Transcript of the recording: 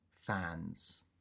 fans